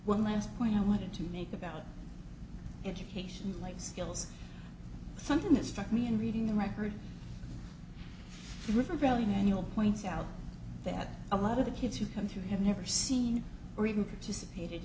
one last point i wanted to make about education life skills something is struck me in reading the record river valley manual points out that a lot of the kids who come through have never seen or even participated